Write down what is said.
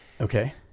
Okay